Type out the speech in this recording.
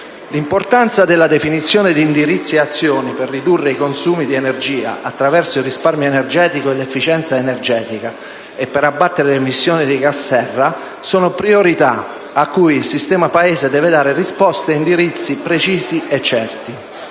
la produttività. La definizione di indirizzi e azioni per ridurre i consumi di energia attraverso il risparmio energetico e l'efficienza energetica e per abbattere l'emissione dei gas serra è una priorità a cui il sistema Paese deve dare risposte e indirizzi precisi e certi.